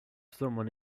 someone